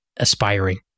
aspiring